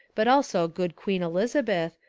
but also good queen elizabeth,